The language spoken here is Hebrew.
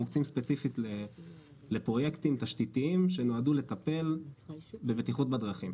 ספציפית לפרויקטים תשתיתיים שנועדו לטפל בבטיחות בדרכים.